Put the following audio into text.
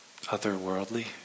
otherworldly